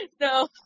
no